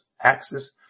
axis